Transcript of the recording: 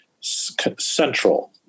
central